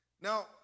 Now